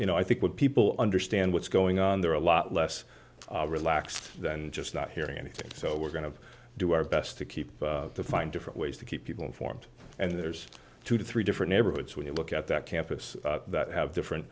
you know i think what people understand what's going on there are a lot less relaxed and just not hearing anything so we're going to do our best to keep to find different ways to keep people informed and there's two to three different neighborhoods when you look at that campus that have different